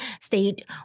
state